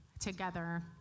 together